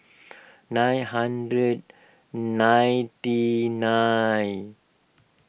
nine hundred ninety nine